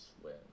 swim